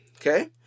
okay